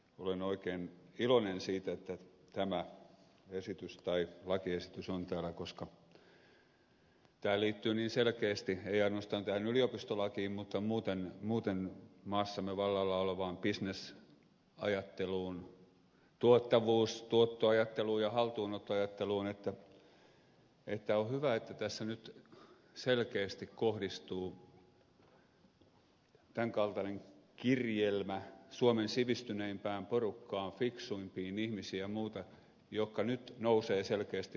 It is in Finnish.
olen oikein iloinen siitä että tämä lakiesitys on täällä koska tämä liittyy niin selkeästi ei ainoastaan tähän yliopistolakiin mutta muuten maassamme vallalla olevaan bisnesajatteluun tuottavuus tuottoajatteluun ja haltuunottoajatteluun että on hyvä että tässä nyt selkeästi kohdistuu tämän kaltainen kirjelmä suomen sivistyneimpään porukkaan fiksuimpiin ihmisiin ja muuta jotka nyt nousevat selkeästi vastarintaan